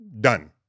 done